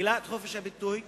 מגבילה את חופש הביטוי.